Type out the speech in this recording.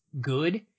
good